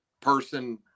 person